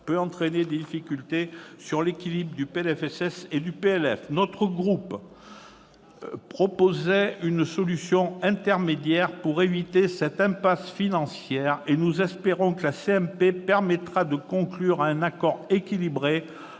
peut entraîner des difficultés quant à l'équilibre du PLFSS et du PLF. Notre groupe proposait une solution intermédiaire pour éviter cette impasse financière et nous espérons que la commission mixte paritaire permettra de conclure un accord équilibré